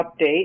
update